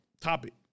topic